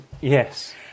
Yes